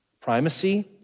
Primacy